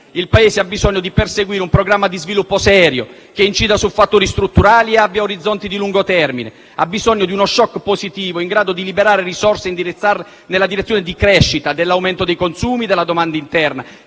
Il Paese ha bisogno di perseguire un programma di sviluppo serio, che incida su fattori strutturali e abbia orizzonti di lungo termine; ha bisogno di uno *shock* positivo, in grado di liberare risorse e indirizzarle nella direzione della crescita, dell'aumento dei consumi, della domanda interna,